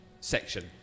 section